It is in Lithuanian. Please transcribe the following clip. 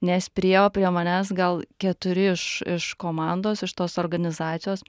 nes priėjo prie manęs gal keturi iš iš komandos iš tos organizacijos